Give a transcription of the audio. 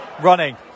running